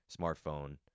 smartphone